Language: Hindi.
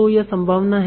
तो यह संभावना है